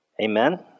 Amen